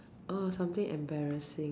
oh something embarrassing ah